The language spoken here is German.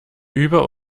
über